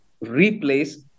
replace